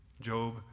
Job